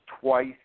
twice